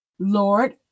lord